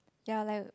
ya like